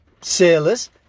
Sailors